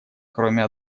кроме